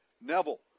Neville